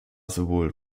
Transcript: sowohl